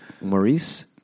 Maurice